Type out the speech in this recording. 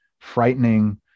frightening